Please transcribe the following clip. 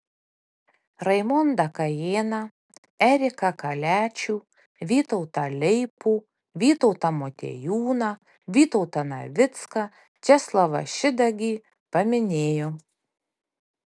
raimondą kajėną eriką kaliačių vytautą leipų vytautą motiejūną vytautą navicką česlovą šidagį paminėjo